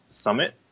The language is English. Summit